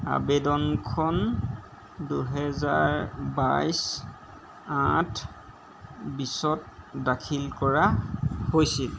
আবেদনখন দুহেজাৰ বাইছ আঠ বিছত দাখিল কৰা হৈছিল